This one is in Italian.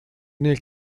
nel